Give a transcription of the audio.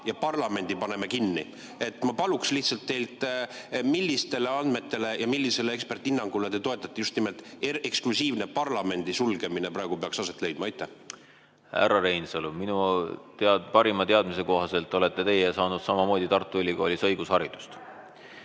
ja parlamendi paneme kinni! Ma paluksin teil lihtsalt öelda, millistele andmetele ja millisele eksperthinnangule te toetute, et just nimelt eksklusiivne parlamendi sulgemine praegu peaks aset leidma. Härra Reinsalu, minu parima teadmise kohaselt olete teie saanud samamoodi Tartu Ülikoolis õigushariduse.